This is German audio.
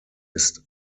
ist